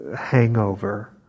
hangover